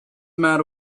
matter